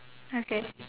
okay